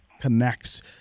connects